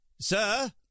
Sir